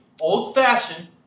old-fashioned